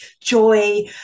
joy